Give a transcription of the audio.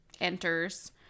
enters